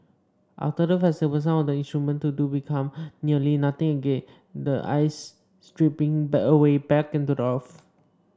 after the festival some of the instruments do become nearly nothing again the ice stripping but away back into the earth